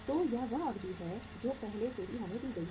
तो यह वह अवधि है जो पहले से ही हमें दी गई है